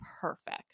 perfect